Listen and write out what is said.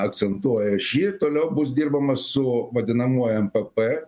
akcentuoja šį toliau bus dirbama su vadinamuoju mpp